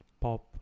pop